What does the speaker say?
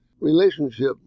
relationship